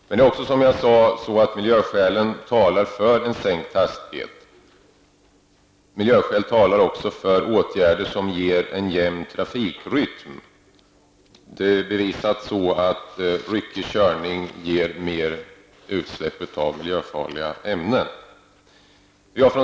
Men även miljöskälen talar, som jag sade tidigare, för en sänkt hastighet. Miljöskälen talar också för åtgärder som ger en jämn trafikrytm. Det är bevisat att ryckig körning ger mer utsläpp av miljöfarliga ämnen.